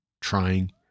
trying